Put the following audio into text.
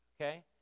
okay